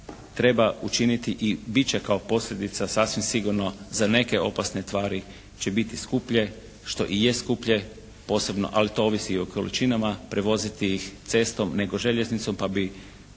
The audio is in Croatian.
treba učiniti i bit će kao posljedica sasvim sigurno za neke opasne tvari će biti skuplje što i je skuplje posebno. Ali to ovisi o količinama prevoziti ih cestom, nego željeznicom, pa bi